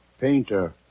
Painter